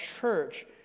church